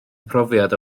profiad